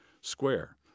square